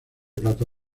plata